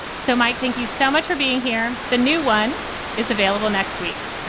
so, mike, thank you so much for being here. the new one is available next week.